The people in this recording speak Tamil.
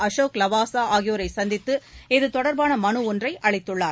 அசோக் லாவாசா ஆகியோரை சந்தித்து இதுதொடர்பான மனு ஒன்றை அளித்துள்ளார்